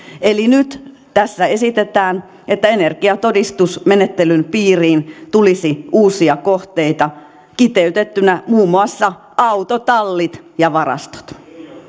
eli nyt tässä esitetään että energiatodistusmenettelyn piiriin tulisi uusia kohteita kiteytettynä muun muassa autotallit ja varastot